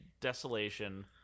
Desolation